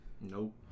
Nope